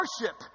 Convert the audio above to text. worship